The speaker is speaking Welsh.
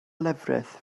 lefrith